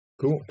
Cool